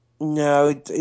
No